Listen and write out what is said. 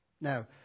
Now